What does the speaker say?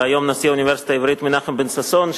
והיום נשיא האוניברסיטה העברית מנחם בן-ששון,